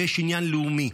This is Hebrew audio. ויש עניין לאומי.